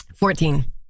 Fourteen